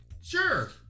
sure